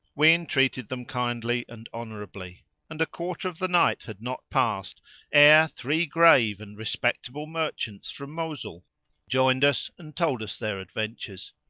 we entreated them kindly and honourably and a quarter of the night had not passed ere three grave and respectable merchants from mosul joined us and told us their adventures.